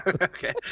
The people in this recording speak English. Okay